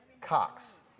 Cox